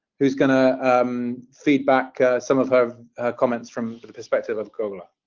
who is going to feed back some of her comments from the perspective of gogla.